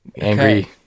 angry